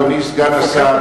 אדוני סגן השר,